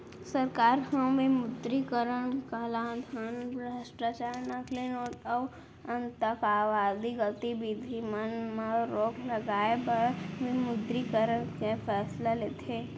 सरकार ह विमुद्रीकरन कालाधन, भस्टाचार, नकली नोट अउ आंतकवादी गतिबिधि मन म रोक लगाए बर विमुद्रीकरन के फैसला लेथे